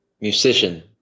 musician